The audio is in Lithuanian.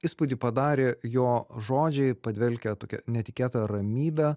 įspūdį padarė jo žodžiai padvelkę tokia netikėta ramybe